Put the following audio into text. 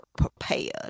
prepared